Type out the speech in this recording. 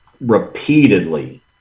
repeatedly